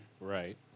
Right